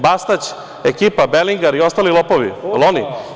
Bastać, ekipa belingar i ostali lopovi, jel oni?